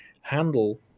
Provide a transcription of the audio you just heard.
handle